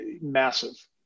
massive